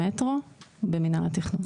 שלום.